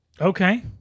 Okay